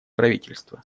правительства